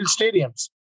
stadiums